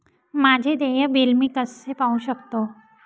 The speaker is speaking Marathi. माझे देय बिल मी कसे पाहू शकतो?